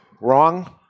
Wrong